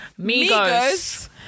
Migos